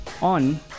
on